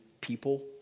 people